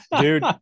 Dude